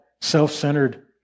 self-centered